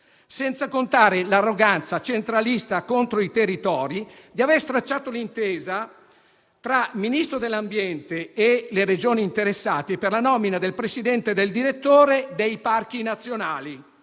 senza contare l'arroganza centralista contro i territori di aver stracciato l'intesa tra il Ministro dell'ambiente e le Regioni interessate per la nomina del presidente e del direttore dei parchi nazionali.